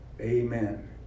amen